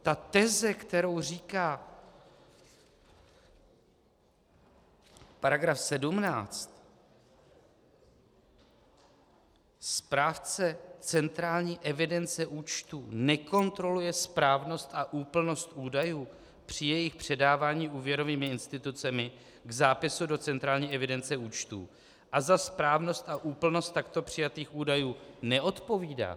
Ta teze, kterou říká § 17: správce centrální evidence účtů nekontroluje správnost a úplnost údajů při jejich předávání úvěrovými institucemi k zápisu do centrální evidence účtů a za správnost a úplnost takto přijatých údajů neodpovídá.